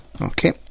Okay